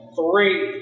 Three